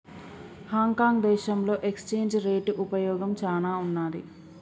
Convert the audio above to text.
Hong Kong దేశంలో exchange rate ఉపయోగం చానా ఉన్నాది